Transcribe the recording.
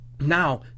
Now